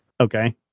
Okay